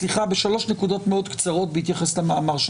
בשלוש נקודות מאוד קצרות בהתייחס למאמר של